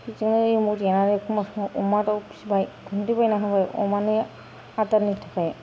बेजोंनो एमाव देनानै एखमब्ला समाव अमा दाउ फिबाय गुन्दै बायनानै होबाय अमानो आदार होनो थाखाय